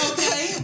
Okay